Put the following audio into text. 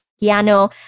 piano